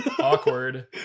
Awkward